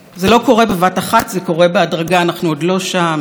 יש לנו מדינה נהדרת, יש לנו עדיין עיתונות חופשית,